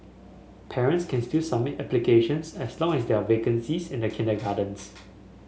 parents can still submit applications as long as there are vacancies in the kindergartens